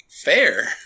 fair